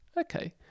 Okay